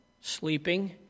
Sleeping